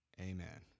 amen